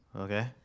Okay